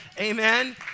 Amen